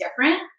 different